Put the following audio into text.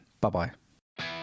bye-bye